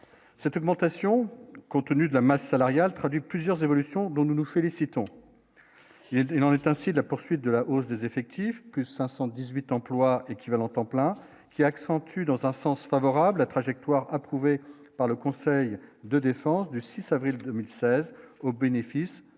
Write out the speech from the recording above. cette augmentation continue de la masse salariale traduit plusieurs évolutions dont nous nous félicitons, il en est ainsi de la poursuite de la hausse des effectifs plus 518 emplois équivalents temps plein qui accentue dans un sens favorable la trajectoire, approuvé par le Conseil de défense du 6 avril 2016 au bénéfice, cela a été dit